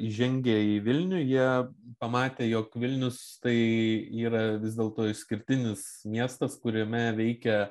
įžengę į vilnių jie pamatė jog vilnius tai yra vis dėlto išskirtinis miestas kuriame veikia